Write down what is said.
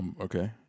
Okay